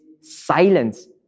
silence